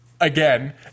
Again